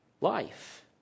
life